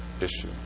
issue